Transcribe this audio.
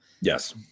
yes